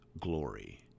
glory